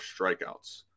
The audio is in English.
strikeouts